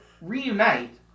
reunite